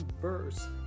verse